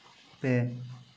ᱯᱮ